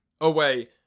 away